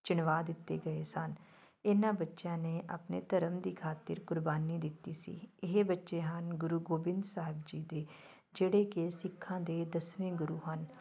ਚਿਣਵਾ ਦਿੱਤੇ ਗਏ ਸਨ ਇਹਨਾਂ ਬੱਚਿਆਂ ਨੇ ਆਪਣੇ ਧਰਮ ਦੀ ਖਾਤਰ ਕੁਰਬਾਨੀ ਦਿੱਤੀ ਸੀ ਇਹ ਬੱਚੇ ਹਨ ਗੁਰੂ ਗੋਬਿੰਦ ਸਾਹਿਬ ਜੀ ਦੇ ਜਿਹੜੇ ਕਿ ਸਿੱਖਾਂ ਦੇ ਦਸਵੇਂ ਗੁਰੂ ਹਨ